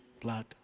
blood